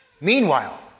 Meanwhile